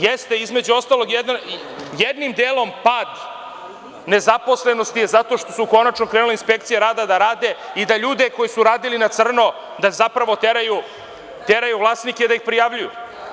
Jeste, između ostalog, jednim delom pad nezaposlenosti je zato što su krenule inspekcije rada da rade i da ljude koji su radili na crno, da zapravo vlasnike teraju da ih prijavljuju.